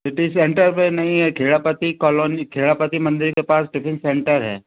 city centre पर नहीं है खेड़ापति कॉलोनी खेड़ापति मंदिर के पास टिफिन सेंटर है